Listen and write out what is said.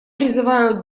призываю